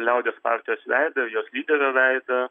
liaudies partijos veidą ir jos lyderio veidą